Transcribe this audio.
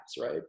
right